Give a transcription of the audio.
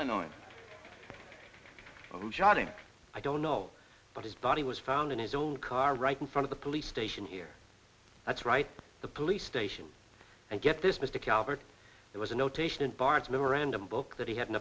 him i don't know but his body was found in his own car right in front of the police station here that's right the police station and get this mr calvert there was a notation in bart's memorandum book that he had an